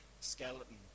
skeleton